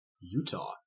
Utah